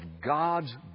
God's